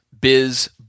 Biz